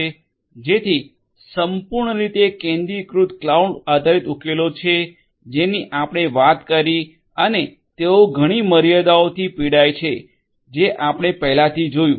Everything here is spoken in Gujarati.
જેથી સંપૂર્ણરીતે કેન્દ્રિયકૃત ક્લાઉડ આધારિત ઉકેલો છે જેની આપણે વાત કરી અને તેઓ ઘણી મર્યાદાઓથી પીડાય છે જે આપણે પહેલાથી જોયું છે